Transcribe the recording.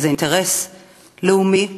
כי זה אינטרס לאומי,